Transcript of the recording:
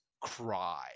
cry